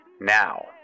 Now